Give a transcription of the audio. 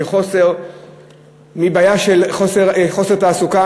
מבעיה של חוסר תעסוקה.